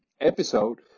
episode